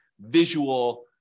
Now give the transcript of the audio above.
visual